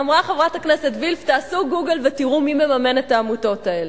אמרה חברת הכנסת וילף: תעשו "גוגל" ותראו מי מממן את העמותות האלה.